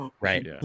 right